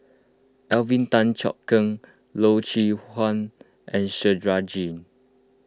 Alvin Tan Cheong Kheng Loy Chye Huan and S Rajendran